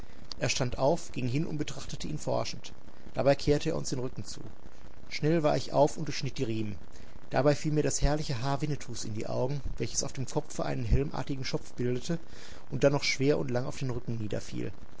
er stand auf ging hin und betrachtete ihn forschend dabei kehrte er uns den rücken zu schnell war ich auf und durchschnitt die riemen dabei fiel mir das herrliche haar winnetous in die augen welches auf dem kopfe einen helmartigen schopf bildete und dann noch schwer und lang auf den rücken